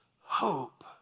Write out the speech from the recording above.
hope